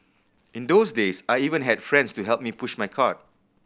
in those days I even had friends to help me push my cart